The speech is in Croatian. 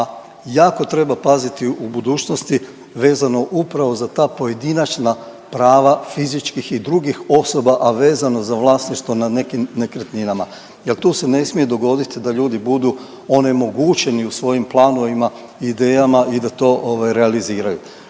jako treba paziti u budućnosti vezano upravo za ta pojedinačna prava fizičkih i drugih osoba, a vezano za vlasništvo na nekim nekretninama jel tu se ne smije dogodit da ljudi budu onemogućeni u svojim planovima i idejama i da to realiziraju